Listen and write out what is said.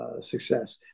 success